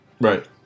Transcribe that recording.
Right